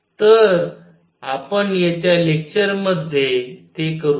तर आपण येत्या लेक्चर्स मध्ये ते करूया